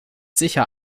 sicher